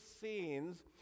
scenes